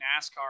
NASCAR